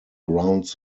around